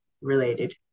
related